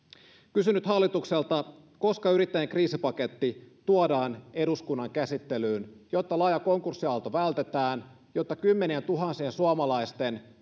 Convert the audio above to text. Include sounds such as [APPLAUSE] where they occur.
kysyn nyt hallitukselta koska yrittäjien kriisipaketti tuodaan eduskunnan käsittelyyn jotta laaja konkurssiaalto vältetään jotta kymmenientuhansien suomalaisten [UNINTELLIGIBLE]